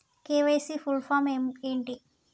KYC full form ఏంటి?